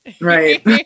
Right